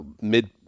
mid